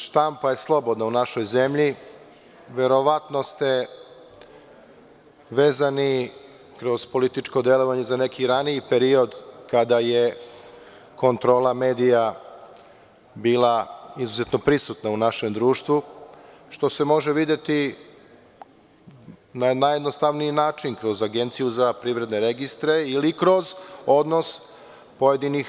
Štampa je slobodna u našoj zemlji, verovatno ste vezani kroz političko delovanje za neki raniji period kada je kontrola medija bila izuzetno prisutna u našem društvu, što se može videti na najjednostavniji način, kroz Agenciju za privredne registre, ili kroz odnos pojedinih